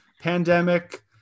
pandemic